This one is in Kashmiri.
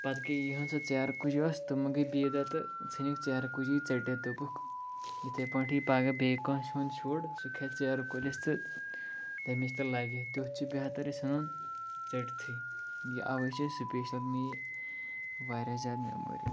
پَتہٕ گٔے یِہنٛز سۄ ژیرٕ کُج ٲس تِمَن گٔے بیٚیہِ دۄہ تہٕ ژھٕنِکھ ژیرٕ کُجی ژٔٹِتھ دوٚپُکھ یِتھٕے پٲٹھۍ یِیہِ پَگہہ بیٚیہِ کٲنٛسہِ ہُنٛد شُر سُہ کھسہِ ژیرٕ کُلِس تہٕ تٔمِس تہِ لَگہِ تیُتھ چھُ بہتر یہِ ژھنُن ژٔٹتھٕے یہِ اَوے چھِ أسۍ سُپیشَل مےٚ یہِ واریاہ زیادٕ میموریبٕل